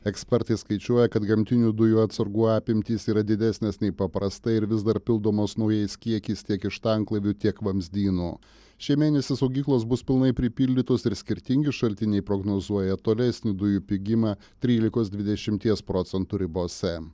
ekspertai skaičiuoja kad gamtinių dujų atsargų apimtys yra didesnės nei paprastai ir vis dar pildomos naujais kiekiais tiek iš tanklaivių tiek vamzdynų šį mėnesį saugyklos bus pilnai pripildytos ir skirtingi šaltiniai prognozuoja tolesnį dujų pigimą trylikos dvidešimties procentų ribose